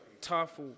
tough